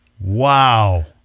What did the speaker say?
Wow